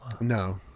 No